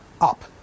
up